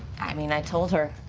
i mean, i told her.